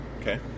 Okay